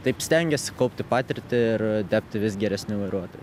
taip stengiuos kaupti patirtį ir tapti vis geresniu vairuotoju